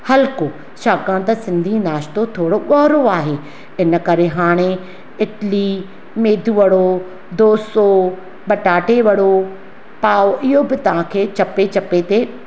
हल्को छाकाणि त सिंधी नाश्तो थोरो ॻोरो आहे इनकरे हाणे इडली मेंदूवड़ो डोसो पटाटे वड़ो पावो इहो बि तव्हांखे चपे चपे ते